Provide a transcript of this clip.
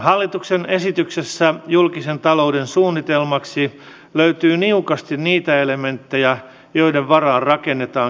hallituksen esityksessä julkisen talouden suunnitelmaksi löytyy niukasti niitä elementtejä joiden varaan rakennetaan kestävää yhteiskuntaa